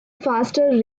faster